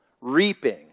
Reaping